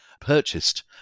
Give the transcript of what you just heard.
purchased